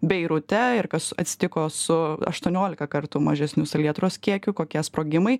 beirute ir kas atsitiko su aštuoniolika kartų mažesniu salietros kiekiu kokie sprogimai